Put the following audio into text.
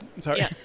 Sorry